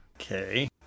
Okay